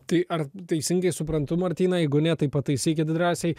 tai ar teisingai suprantu martynai jeigu ne tai pataisykit drąsiai